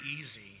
easy